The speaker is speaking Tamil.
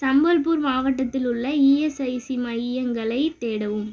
சம்பல்பூர் மாவட்டத்தில் உள்ள இஎஸ்ஐசி மையங்களைத் தேடவும்